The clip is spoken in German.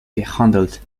gehandelt